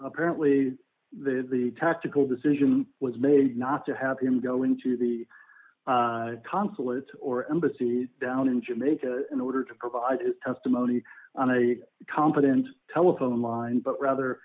apparently the the tactical decision was made not to have him go into the consulate or embassy down in jamaica in order to provide testimony on a competent telephone line but